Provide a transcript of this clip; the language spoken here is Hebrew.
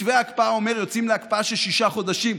מתווה ההקפאה אומר: יוצאים להקפאה של שישה חודשים.